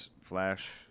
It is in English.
flash